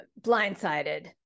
blindsided